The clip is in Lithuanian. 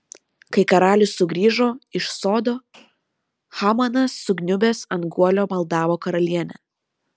kai karalius sugrįžo iš sodo hamanas sukniubęs ant guolio maldavo karalienę